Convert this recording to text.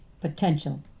potential